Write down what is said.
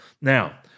Now